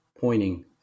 pointing